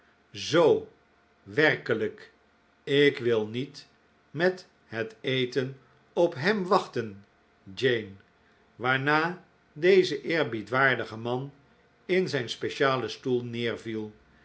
zoo werkelijk ik wil niet met het eten op hem wachten jane waarna deze eerbiedwaardige man in zijn specialen stoel neerviel en